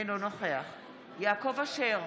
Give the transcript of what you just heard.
אינו נוכח יעקב אשר,